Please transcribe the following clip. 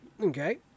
Okay